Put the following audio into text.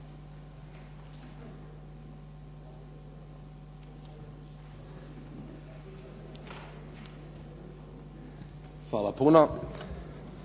Hvala puno.